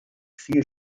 viel